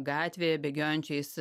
gatvėje bėgiojančiais